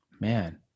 Man